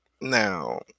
Now